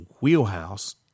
wheelhouse